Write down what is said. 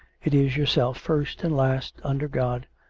it is yourself, first and last, under god,